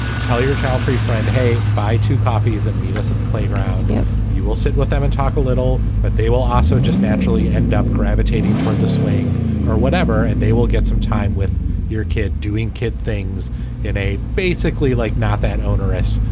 tell your childfree friend hey, buy two coffees and meet us at the playground if you will. sit with them and talk a little, but they will also just naturally end up gravitating toward the swing or whatever, and they will get some time with your kid doing kid things in a basically like not that odorous,